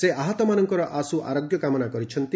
ସେ ଆହତମାନଙ୍କର ଆଶୁ ଆରୋଗ୍ୟ କାମନା କରିଛନ୍ତି